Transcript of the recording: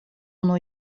unu